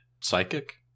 psychic